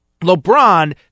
LeBron